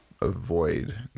avoid